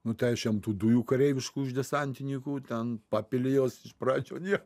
nu tai aš jam tų dujų kareiviškų desantinykų ten papili jos iš pradžių niek